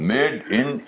Made-in